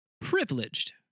privileged